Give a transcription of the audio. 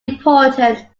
important